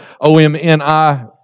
O-M-N-I